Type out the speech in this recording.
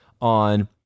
on